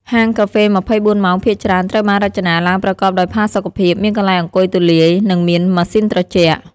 ហាងកាហ្វេ ២៤ ម៉ោងភាគច្រើនត្រូវបានរចនាឡើងប្រកបដោយ ផាសុកភាព មានកន្លែងអង្គុយទូលាយ និងមាន ម៉ាស៊ីនត្រជាក់។